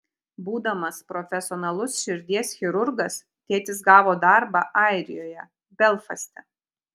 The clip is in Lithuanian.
būdamas profesionalus širdies chirurgas tėtis gavo darbą airijoje belfaste